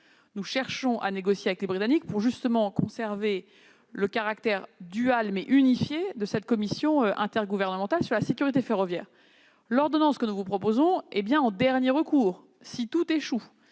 Nous cherchons à négocier avec les Britanniques, pour justement conserver le caractère dual, mais unifié, de la commission intergouvernementale sur la sécurité ferroviaire. L'ordonnance n'interviendrait qu'en dernier recours, c'est-à-dire